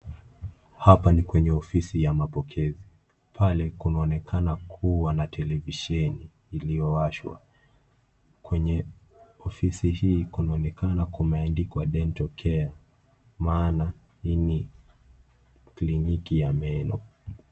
Hapa ni kwenye ofisi ya mapokezi. Pale kunaonekana kuwa na televisheni iliyowashwa. Kwenye ofisi hii, kunaonekana kumeandikwa, Dental care maana hii ni kliniki ya meno.